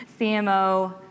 CMO